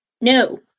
No